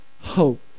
hope